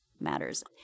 matters